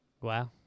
Wow